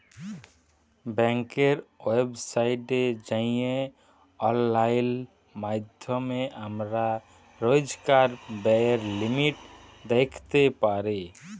ব্যাংকের ওয়েবসাইটে যাঁয়ে অললাইল মাইধ্যমে আমরা রইজকার ব্যায়ের লিমিট দ্যাইখতে পারি